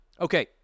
Okay